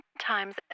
times